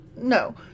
No